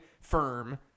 firm